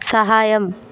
సహాయం